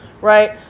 right